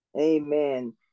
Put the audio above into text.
Amen